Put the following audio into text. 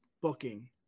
booking